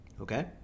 Okay